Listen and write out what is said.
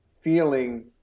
feeling